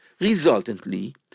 Resultantly